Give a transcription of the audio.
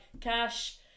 cash